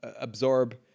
absorb